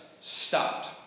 stopped